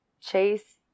Chase